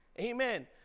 Amen